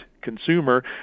consumer